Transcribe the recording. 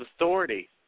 authority